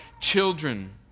children